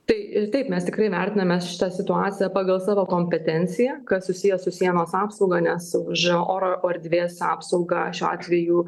tai ir taip mes tikrai vertiname šitą situaciją pagal savo kompetenciją kas susiję su sienos apsauga nes už oro erdvės apsaugą šiuo atveju